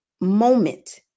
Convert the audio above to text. moment